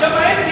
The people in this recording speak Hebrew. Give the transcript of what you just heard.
שם אין,